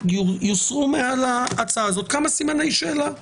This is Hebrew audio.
יוסרו מעל ההצעה הזאת כמה סימני שאלה.